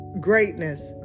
greatness